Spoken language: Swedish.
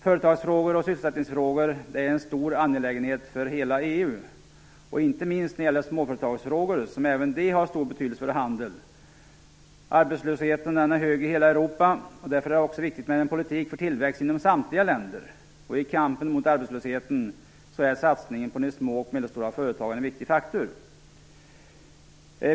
Företagsfrågor och sysselsättningsfrågor är en stor angelägenhet för hela EU, inte minst småföretagsfrågorna som även de har stor betydelse för handeln. Arbetslösheten är hög i hela Europa. Därför är det viktigt med en politik för tillväxt inom samtliga länder. I kampen mot arbetslöshet är satsningen på de små och medelstora företagen en viktig faktor.